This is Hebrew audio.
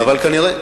אה,